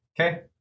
Okay